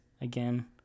again